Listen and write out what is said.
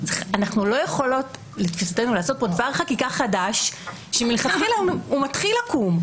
אנחנו לא יכולות לעשות פה דבר חקיקה חדש שמתחיל עקום.